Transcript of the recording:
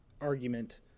argument